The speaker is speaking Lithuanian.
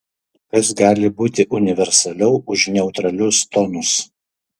kas gali būti universaliau už neutralius tonus